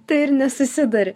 tai ir nesusiduri